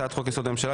הצעת חוק־יסוד: הממשלה,